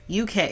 UK